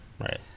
right